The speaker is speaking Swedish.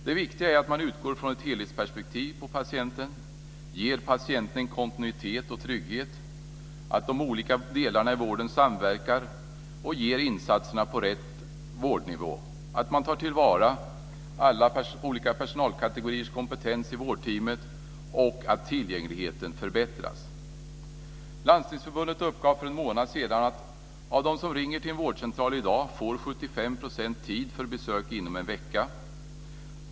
Det viktiga är att man utgår från ett helhetsperspektiv på patienten och ger patienten kontinuitet och trygghet, att de olika delarna i vården samverkar och insatserna görs på rätt vårdnivå, att man tar till vara alla olika personalkategoriers kompetens i vårdteamet och att tillgängligheten förbättras. Landstingsförbundet uppgav för en månad sedan att av dem som i dag ringer till en vårdcentral får 75 % tid för besök inom en vecka.